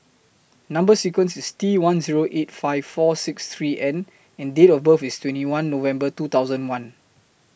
Number sequence IS T one Zero eight five four six three N and Date of birth IS twenty one November two thousand one